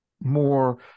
more